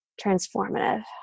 transformative